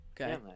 Okay